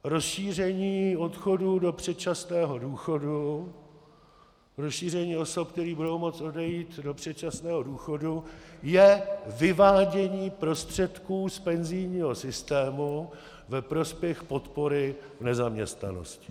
Rozšíření odchodů do předčasného důchodu, rozšíření osob, které budou moct odejít do předčasného důchodu, je vyvádění prostředků z penzijního systému ve prospěch podpory v nezaměstnanosti.